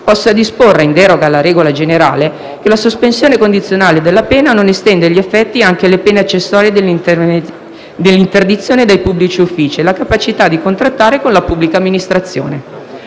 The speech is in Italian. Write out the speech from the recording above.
possa disporre - in deroga alla regola generale - che la sospensione condizionale della pena non estenda gli effetti anche alle pene accessorie dell'interdizione dai pubblici uffici e all'incapacità di contrattare con la pubblica amministrazione.